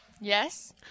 Yes